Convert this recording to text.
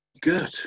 good